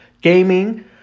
gaming